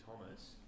Thomas